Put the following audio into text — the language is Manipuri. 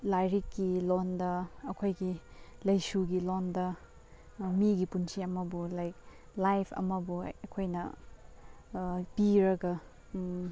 ꯂꯥꯏꯔꯤꯛꯀꯤ ꯂꯣꯟꯗ ꯑꯩꯈꯣꯏꯒꯤ ꯂꯥꯏꯁꯨꯒꯤ ꯂꯣꯟꯗ ꯃꯤꯒꯤ ꯄꯨꯟꯁꯤ ꯑꯃꯕꯨ ꯂꯥꯏꯛ ꯂꯥꯏꯐ ꯑꯃꯕꯨ ꯑꯩꯈꯣꯏꯅ ꯄꯤꯔꯒ